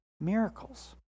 miracles